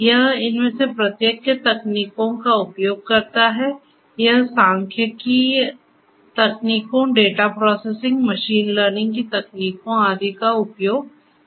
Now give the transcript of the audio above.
यह इनमें से प्रत्येक से तकनीकों का उपयोग करता है यह सांख्यिकीय तकनीकों डेटा प्रोसेसिंग मशीन लर्निंग की तकनीकों आदि का उपयोग करता है